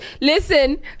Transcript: Listen